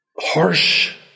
harsh